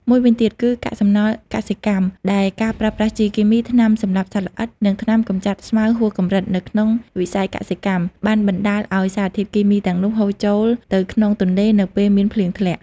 មួយវិញទៀតគឺ កាកសំណល់កសិកម្ម ដែលការប្រើប្រាស់ជីគីមី ថ្នាំសម្លាប់សត្វល្អិត និងថ្នាំកម្ចាត់ស្មៅហួសកម្រិតនៅក្នុងវិស័យកសិកម្ម បានបណ្តាលឱ្យសារធាតុគីមីទាំងនោះហូរចូលទៅក្នុងទន្លេនៅពេលមានភ្លៀងធ្លាក់។